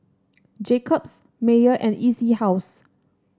Jacob's Mayer and E C House